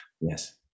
Yes